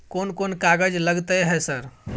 कोन कौन कागज लगतै है सर?